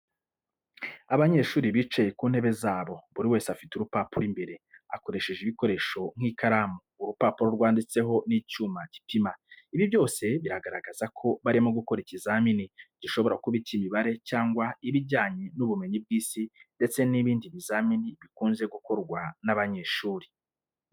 Abanyeshuri bicaye ku ntebe zabo, buri wese afite urupapuro imbere, akoresheje ibikoresho nk’ikaramu, urupapuro rwanditseho n’icyuma gipima. Ibi byose bigaragaza ko barimo gukora ikizamini, gishobora kuba icy'imibare cyangwa ibijyanye n'ubumenyi bw'Isi ndetse n'ibindi bizamini bikunze gukorwa n'abanyeshuri.